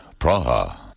Praha